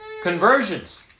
Conversions